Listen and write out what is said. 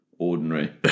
Ordinary